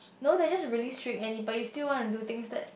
no they just really strict any but you still want to do things that